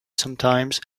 sometimes